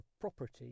property